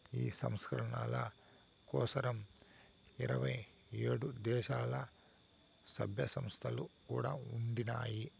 ఈ సంస్కరణల కోసరం ఇరవై ఏడు దేశాల్ల, సభ్య సంస్థలు కూడా ఉండినాయి